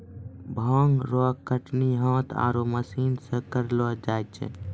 भांग रो कटनी हाथ आरु मशीन से करलो जाय छै